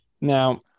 Now